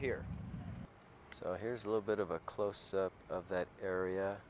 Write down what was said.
here here's a little bit of a close up of that area